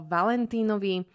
Valentínovi